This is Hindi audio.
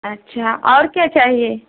अच्छा और क्या चाहिए